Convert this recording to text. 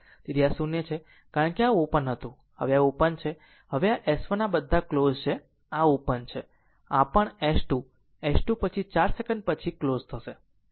તેથી આ 0 છે કારણ કે આ ઓપન હતું અને આ હવે ઓપન છે હવે આ S1 આ બધા ક્લોઝ છે આ ઓપન છે પરંતુ આ પણ ઓપન S2 S2 પછી 4 સેકંડ પછી ક્લોઝ થશે